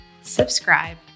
subscribe